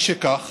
משכך,